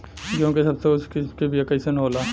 गेहूँ के सबसे उच्च किस्म के बीया कैसन होला?